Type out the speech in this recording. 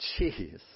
Jeez